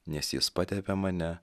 nes jis patepė mane